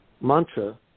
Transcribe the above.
mantra